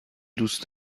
دوست